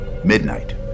midnight